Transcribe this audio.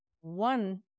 one